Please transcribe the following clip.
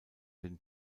den